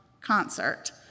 concert